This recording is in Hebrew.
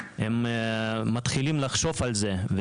הם מתחילים לחשוב על זה,